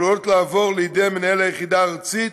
עלולות לעבור לידי מנהל היחידה הארצית